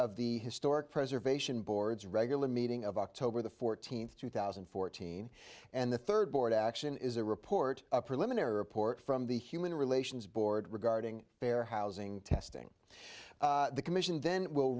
of the historic preservation board's regular meeting of october the fourteenth two thousand and fourteen and the third board action is a report a preliminary report from the human relations board regarding fair housing testing the commission then w